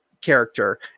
character